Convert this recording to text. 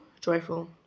joyful